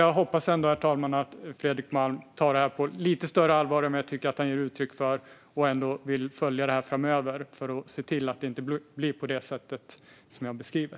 Jag hoppas, herr talman, att Fredrik Malm tar det här på ett lite större allvar än vad jag tycker att han ger uttryck för och ändå vill följa det här framöver för att se till att det inte blir på det sättet som jag beskriver.